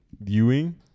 viewing